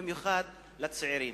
במיוחד לצעירים.